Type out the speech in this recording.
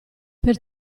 per